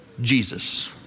Jesus